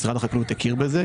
משרד הבריאות הכיר בזה.